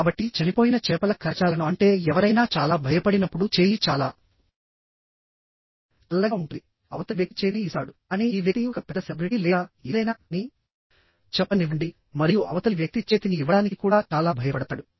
కాబట్టి చనిపోయిన చేపల కరచాలనం అంటే ఎవరైనా చాలా భయపడినప్పుడు చేయి చాలా చల్లగా ఉంటుంది అవతలి వ్యక్తి చేతిని ఇస్తాడు కానీ ఈ వ్యక్తి ఒక పెద్ద సెలబ్రిటీ లేదా ఏదైనా అని చెప్పనివ్వండి మరియు అవతలి వ్యక్తి చేతిని ఇవ్వడానికి కూడా చాలా భయపడతాడు